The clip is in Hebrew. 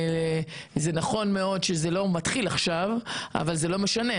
זה נכון מאוד שזה לא מתחיל עכשיו אבל זה לא משנה,